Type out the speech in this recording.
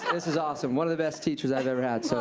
and this is awesome. one of the best teachers i've ever had, so